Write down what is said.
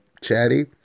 chatty